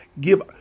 give